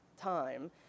time